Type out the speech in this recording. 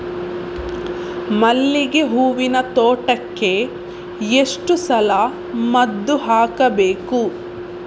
ಮಲ್ಲಿಗೆ ಹೂವಿನ ತೋಟಕ್ಕೆ ಎಷ್ಟು ಸಲ ಮದ್ದು ಹಾಕಬೇಕು?